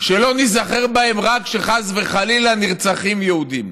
שלא ניזכר בהם רק כשחס וחלילה נרצחים יהודים.